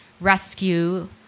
rescue